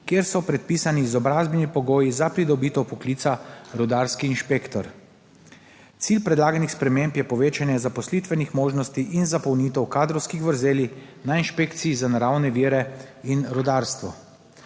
kjer so predpisani izobrazbeni pogoji za pridobitev poklica rudarski inšpektor. Cilj predlaganih sprememb je povečanje zaposlitvenih možnosti in zapolnitev kadrovskih vrzeli na Inšpekciji za naravne vire in rudarstvo.